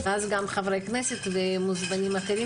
במגזר היהודי ועוסק,